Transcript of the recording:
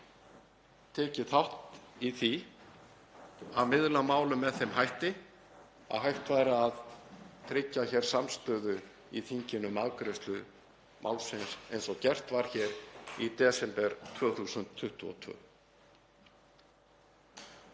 tekið þátt í því að miðla málum með þeim hætti að hægt væri að tryggja samstöðu í þinginu um afgreiðslu málsins eins og gert var hér í desember 2022.